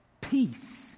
Peace